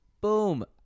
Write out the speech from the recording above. boom